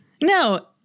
No